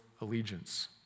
allegiance